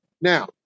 Now